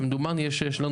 כמדומני יש לנו